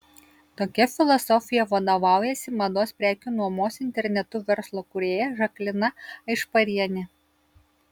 tokia filosofija vadovaujasi mados prekių nuomos internetu verslo kūrėja žaklina aišparienė